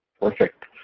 Perfect